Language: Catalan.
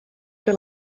que